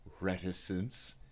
reticence